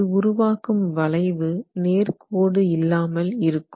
இது உருவாக்கும் வளைவு நேர்க்கோடு இல்லாமல் இருக்கும்